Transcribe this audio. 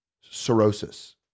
cirrhosis